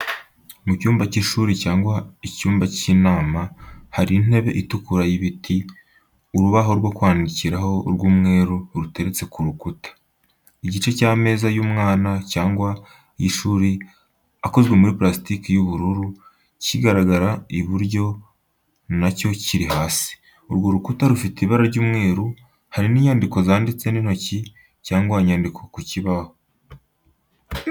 Mu cyumba cy'ishuri cyangwa icyumba cy'inama, hari intebe itukura y'ibiti, urubaho rwo kwandikiraho rw'umweru ruteretse ku rukuta. Igice cy'ameza y'umwana cyangwa y'ishuri akozwe muri parasitiki y'ubururu, kigaragara iburyo na cyo kiri hasi. Urwo rukuta rufite ibara ry'umweru. Hari inyandiko zanditse n'intoki cyangwa inyandiko ku kibaho.